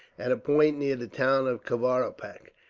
at a point near the town of kavaripak,